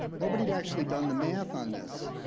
nobody had actually done the math on this.